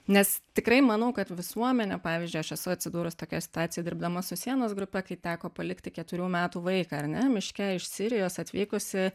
nes tikrai manau kad visuomenė pavyzdžiui aš esu atsidūrus tokioj situacijoj dirbdama su sienos grupe kai teko palikti keturių metų vaiką ar ne miške iš sirijos atvykusi